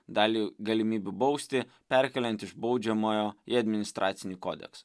dalį galimybių bausti perkeliant iš baudžiamojo į administracinį kodeksą